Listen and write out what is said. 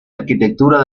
arquitectura